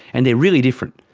and they're really different.